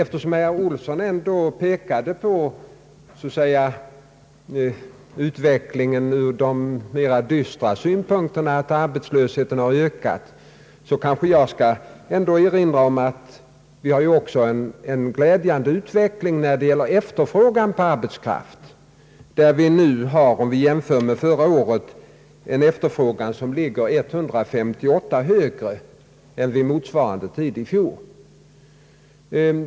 Herr Olsson ser på utvecklingen ur det mest dystra perspektivet och påpekar att arbetslösheten har ökat, och därför vill jag erinra om att det också finns en glädjande utveckling på sina håll när det gäller efterfrågan på arbetskraft. Årets siffra för efterfrågan ligger 158 över den som gällde motsvarande tid i fjol.